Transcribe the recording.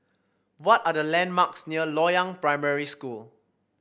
what are the landmarks near Loyang Primary School